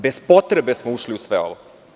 Bez potrebe smo ušli u sve ovo.